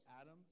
Adam